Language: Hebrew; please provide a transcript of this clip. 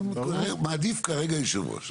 אני מעדיף כרגע יושב ראש.